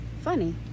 funny